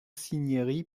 cinieri